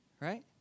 right